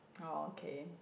oh okay